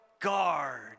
guard